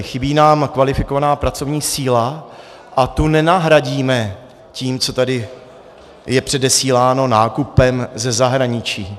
Chybí nám kvalifikovaná pracovní síla a tu nenahradíme tím, co je tady předesíláno, nákupem ze zahraničí.